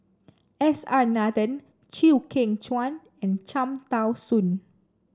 S R Nathan Chew Kheng Chuan and Cham Tao Soon